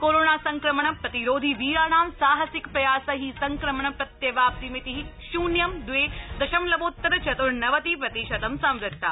corona संक्रमण प्रतिरोधी वीराणां साहसिक प्रयासै संक्रमण प्रत्यवाप्तिमिति शुन्यं दवे दशमलवोत्तर चत्र्नवति प्रतिशतं संवृत्ता